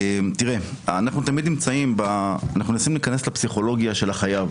אנחנו מנסים להיכנס לפסיכולוגיה של החייב